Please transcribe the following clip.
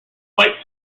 white